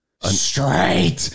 Straight